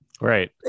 Right